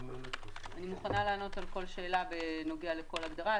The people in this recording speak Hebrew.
אני מוכנה לענות על כל שאלה בנוגע לכל הגדרה.